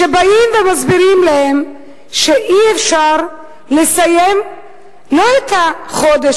שבאים ומסבירים להם שאי-אפשר לסיים לא את החודש,